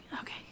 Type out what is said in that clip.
Okay